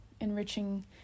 enriching